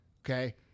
Okay